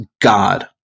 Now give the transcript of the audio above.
God